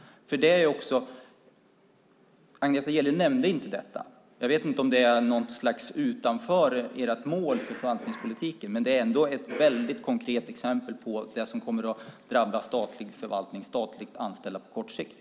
Agneta Gille nämnde inte detta. Jag vet inte om det är utanför ert mål för förvaltningspolitiken, men det är ändå ett väldigt konkret exempel på det som kommer att drabba statlig förvaltning och statligt anställda på kort sikt.